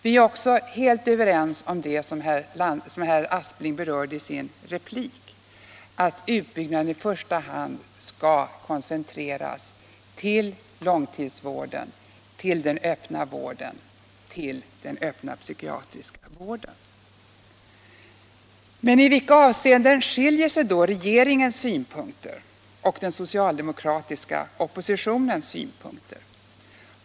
Vi är också helt överens om det herr Aspling berört i sin replik — att utbyggnaden i första hand skall koncentreras till långtidsvården, till den öppna vården och till den öppna psykiatriska vården. Men i vilka avseenden skiljer sig då regeringens synpunkter och den socialdemokratiska oppositionens synpunkter?